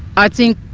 i think